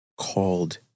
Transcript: called